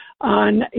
on